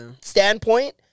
standpoint